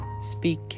speak